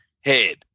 head